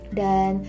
dan